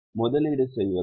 முதலீடு செய்வதா